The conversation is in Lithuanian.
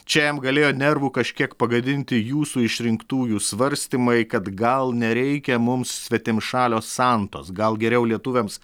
čia jam galėjo nervų kažkiek pagadinti jūsų išrinktųjų svarstymai kad gal nereikia mums svetimšalio santos gal geriau lietuviams